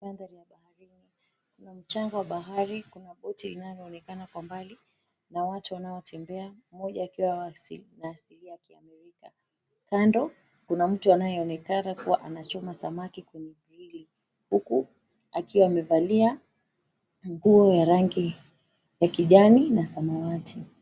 Haya ni mandhari ya baharini. Kuna mchanga wa bahari, kuna boti inayoonekana kuwa mbali na watu wanaotembea mmoja akiwa na asilia ya kiamerika. Kando kuna mtu anayeonekana kuwa anachoma samaki kwenye grilli , huku akiwa amevalia nguo ya rangi ya kijani na samawati.